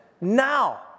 Now